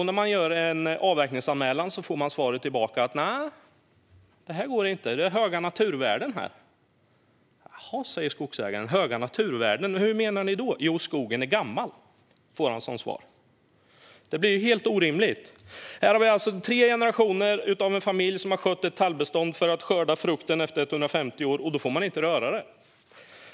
När man gjorde en avverkningsanmälan blev svaret nej - det går inte, för det är höga naturvärden här. Jaha, sa skogsägaren, hur menar ni då? Jo, skogen är gammal, blev svaret. Detta blir helt orimligt. Här har alltså en familj i tre generationer skött ett tallbestånd för att skörda frukten efter 150 år, och då får man inte röra det.